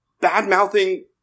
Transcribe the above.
bad-mouthing